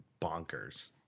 bonkers